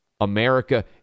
America